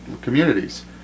communities